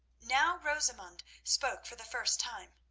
now rosamund spoke for the first time.